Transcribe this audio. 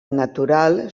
natural